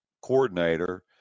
coordinator